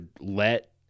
let